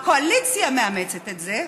הקואליציה מאמצת את זה,